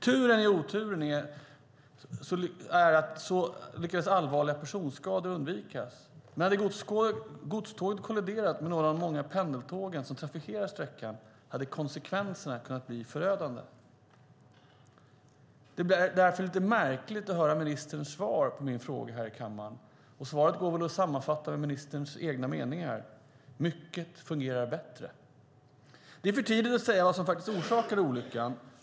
Tur i oturen lyckades allvarliga personskador undvikas, men hade godståget kolliderat med några av de många pendeltåg som trafikerar sträckan hade konsekvenserna kunnat bli förödande. Det blir därför lite märkligt att höra ministerns svar på min interpellation här i kammaren. Svaret går väl att sammanfatta med ministerns egen mening: Mycket fungerar bättre. Det är för tidigt att säga vad som orsakade olyckan.